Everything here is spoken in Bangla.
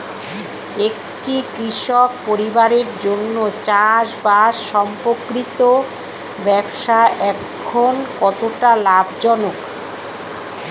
একটি কৃষক পরিবারের জন্য চাষবাষ সম্পর্কিত ব্যবসা এখন কতটা লাভজনক?